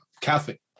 Catholic